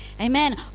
Amen